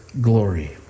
glory